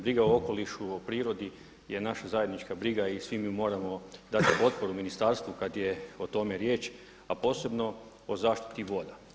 Briga o okolišu o prirodi je naša zajednička briga i svi mi moramo dati potporu ministarstvu kada je o tome riječ, a posebno o zaštiti voda.